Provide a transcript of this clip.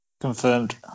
Confirmed